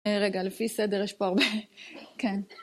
רגע, לפי סדר יש פה הרבה... כן.